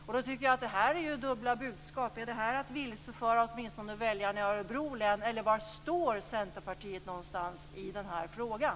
Jag tycker att detta är dubbla budskap. Är meningen att vilseföra åtminstone väljarna i Örebro län, eller var står Centerpartiet någonstans i den här frågan?